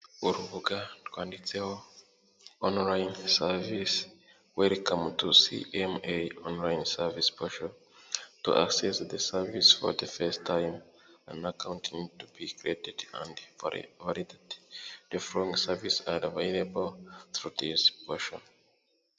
Urubuga rwanditseho online service wel ka motusi m a online servicepecial to ass thede servis ar t festime anana count to becreted andfoulte t theflog sa sevice alavilab trodis poaon